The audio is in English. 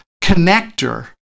connector